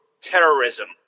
terrorism